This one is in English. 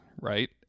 Right